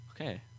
Okay